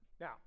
Now